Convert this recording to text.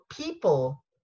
people